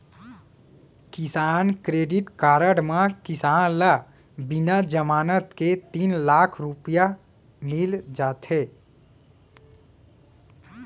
किसान credit card म किसान ल बिना जमानत के तीन लाख तक के करजा मिल जाथे